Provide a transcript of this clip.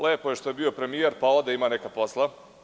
Lepo je što je bio premijer, pa ode, ima neka posla.